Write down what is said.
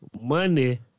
money